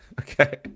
Okay